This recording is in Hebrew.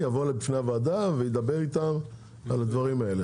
יבוא בפני הוועדה וידבר איתם על הדברים האלה.